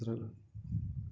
ഇത്രേയുള്ളൂ